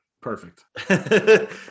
perfect